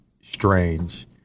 strange